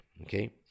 okay